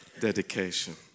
dedication